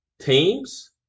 teams